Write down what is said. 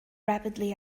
rapidly